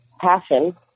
passion